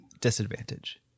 disadvantage